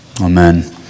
Amen